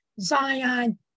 Zion